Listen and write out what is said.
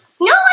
No